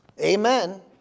Amen